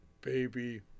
Baby